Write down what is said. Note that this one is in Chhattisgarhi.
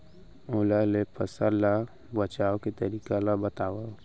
ओला ले फसल ला बचाए के तरीका ला बतावव?